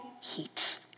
heat